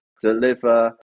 deliver